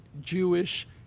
Jewish